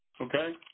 Okay